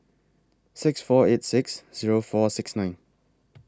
six four eight six Zero four six nine